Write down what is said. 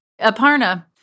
Aparna